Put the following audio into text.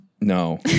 No